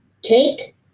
take